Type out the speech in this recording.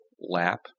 lap